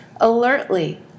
alertly